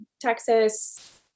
Texas